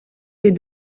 des